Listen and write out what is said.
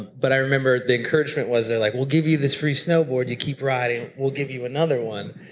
but i remember the encouragement was they're like, we'll give you this free snowboard. you keep riding we'll give you another one.